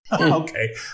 Okay